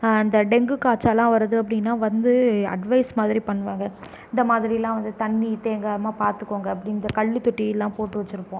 இந்த டெங்கு காய்ச்சல்லாம் வருது அப்படின்னா வந்து அட்வைஸ் மாதிரி பண்ணுவாங்க இந்த மாதிரிலாம் வந்து தண்ணி தேங்காமல் பார்த்துக்கோங்க அப்படி இந்த கல்லுத்தொட்டிலாம் போட்டு வச்சிருப்போம்